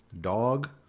dog